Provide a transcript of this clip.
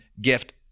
gift